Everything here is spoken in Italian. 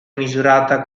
misurata